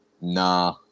Nah